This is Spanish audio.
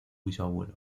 bisabuelo